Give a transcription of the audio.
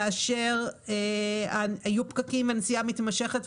כאשר היו פקקים והנסיעה מתמשכת,